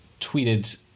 tweeted